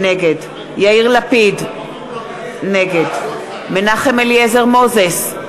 נגד יאיר לפיד, נגד מנחם אליעזר מוזס,